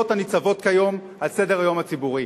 הניצבות כיום על סדר-היום הציבורי,